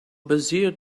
bezier